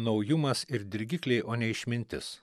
naujumas ir dirgikliai o ne išmintis